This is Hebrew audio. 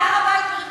הר-הבית בריבונות